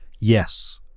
yes